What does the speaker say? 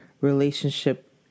relationship